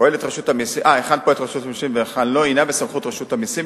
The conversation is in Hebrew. פועלת רשות המסים והיכן לא אינה בסמכות רשות הדואר,